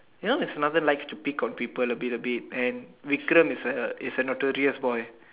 you know mrs Smarden likes to pick on people a bit a bit and Wekrum is a is a notorious boy